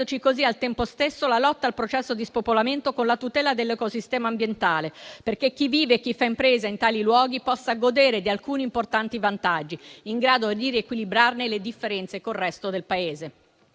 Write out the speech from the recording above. così, al tempo stesso, la lotta al processo di spopolamento con la tutela dell'ecosistema ambientale, perché chi vive e chi fa impresa in tali luoghi possa godere di alcuni importanti vantaggi in grado di riequilibrare le differenze con il resto del Paese.